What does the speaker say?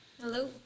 Hello